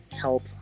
help